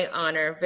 honor